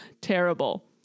terrible